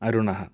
अरुणः